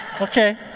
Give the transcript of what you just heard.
Okay